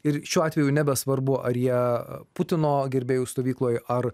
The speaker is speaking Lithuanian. ir šiuo atveju nebesvarbu ar jie putino gerbėjų stovykloje ar